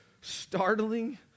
startling